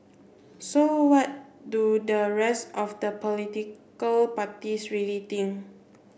so what do the rest of the political parties really think